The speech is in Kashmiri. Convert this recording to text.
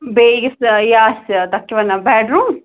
بیٚیہِ یُس یہِ آسہِ تَتھ چھِ وَنان بیڈروٗم